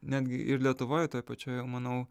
netgi ir lietuvoj toj pačioj jau manau